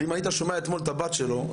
אם היית שומע אתמול את הבת שלו.